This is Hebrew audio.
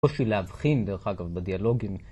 קושי להבחין, דרך אגב, בדיאלוגים.